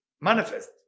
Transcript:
manifest